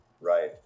Right